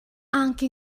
angki